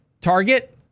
Target